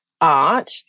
art